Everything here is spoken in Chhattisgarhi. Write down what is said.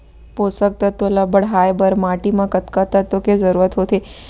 पोसक तत्व ला बढ़ाये बर माटी म कतका तत्व के जरूरत होथे?